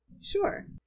sure